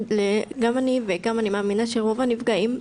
אני ואני מאמינה שגם רוב הנפגעים,